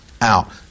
out